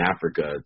Africa